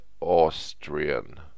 Austrian